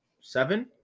seven